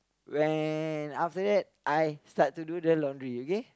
when after that I start to do the laundry okay